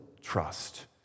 trust